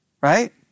right